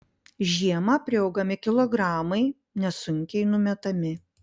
žiemą priaugami kilogramai nesunkiai numetami